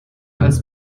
als